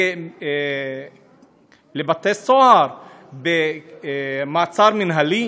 לבתי-סוהר במעצר מינהלי?